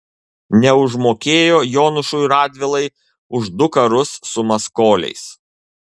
neužmokėjo jonušui radvilai už du karus su maskoliais